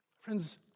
Friends